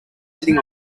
sitting